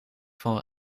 van